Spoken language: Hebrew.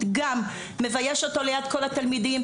- גם מבייש אותו ליד כל התלמידים.